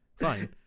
Fine